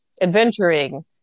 adventuring